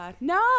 No